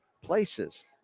places